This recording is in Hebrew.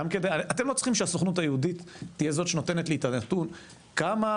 אתם לא צריכים שהסוכנות היהודית תהיה זאת שנותנת לי את הנתון של כמה